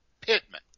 Pittman